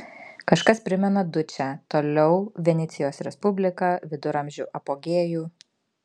kažkas primena dučę toliau venecijos respubliką viduramžių apogėjų